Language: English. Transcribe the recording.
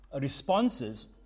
responses